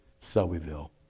Selbyville